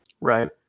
Right